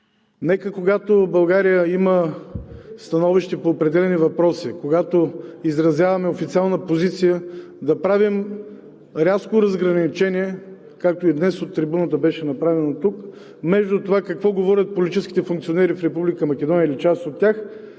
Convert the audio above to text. нека, когато България има становище по определени въпроси, когато изразяваме официална позиция, да правим рязко разграничение, както и днес от трибуната беше направено тук, между това какво говорят политическите функционери в Република Македония или част от тях